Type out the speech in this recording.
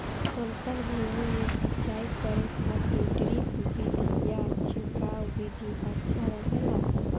समतल भूमि में सिंचाई करे खातिर ड्रिप विधि या छिड़काव विधि अच्छा रहेला?